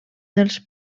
dels